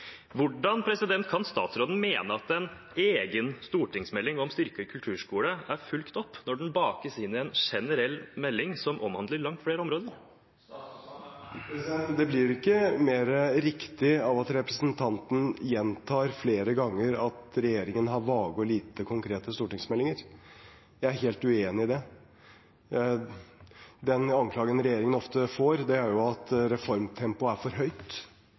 Hvordan kan statsråden mene at en egen stortingsmelding om styrket kulturskole er fulgt opp når den bakes inn i en generell melding som omhandler langt flere områder? Det blir ikke mer riktig av at representanten gjentar flere ganger at regjeringen har vage og lite konkrete stortingsmeldinger. Jeg er helt uenig i det. Den anklagen regjeringen ofte får, er at reformtempoet er for høyt.